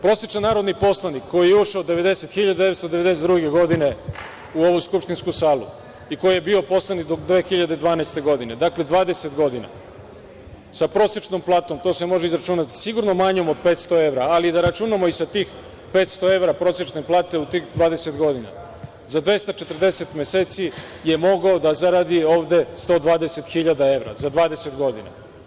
Prosečan narodni poslanik koji je ušao 1992. godine u ovu skupštinsku salu i koji je bio poslanik do 2012. godine, dakle 20 godina, sa prosečnom platom, to se može izračunati, sigurno manjom od 500 evra, ali da računamo i sa tih 500 evra prosečne plate u tih 20 godina, za 240 meseci je mogao da zaradi ovde 120.000 evra, za 20 godina.